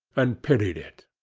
and pitied it.